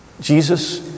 Jesus